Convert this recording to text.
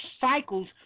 cycles